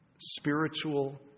spiritual